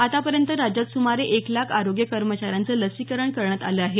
आतापर्यंत राज्यात सुमारे एक लाख आरोग्य कर्मचाऱ्यांचं लसीकरण करण्यात आलं आहे